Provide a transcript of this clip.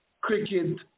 cricket